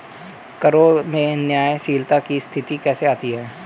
करों में न्यायशीलता की स्थिति कैसे आती है?